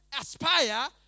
aspire